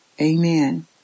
Amen